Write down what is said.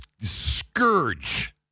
scourge